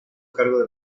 cargo